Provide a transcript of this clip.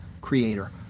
creator